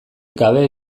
gabe